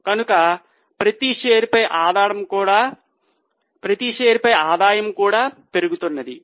కనుక ప్రతి షేర్ పై ఆదాయము కూడా పెరుగు చున్నది